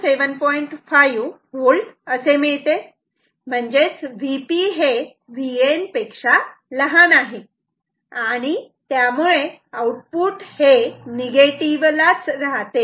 5V मिळते म्हणजेच Vp हे Vn पेक्षा लहान आहे आणि त्यामुळे आउटपुट हे निगेटिव्हलाच राहते